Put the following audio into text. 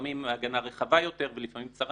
לפעמים הגנה רחבה יותר ולפעמים קצרה